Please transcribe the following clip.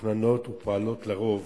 מתוכננות ופועלות על-פי רוב